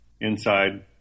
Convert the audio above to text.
Inside